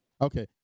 okay